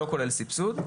לא כולל סבסוד.